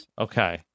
okay